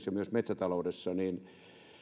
ja myös metsätalouden kausityövoiman merkitys